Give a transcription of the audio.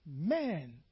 man